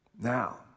now